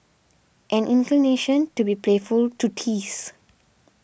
an inclination to be playful to tease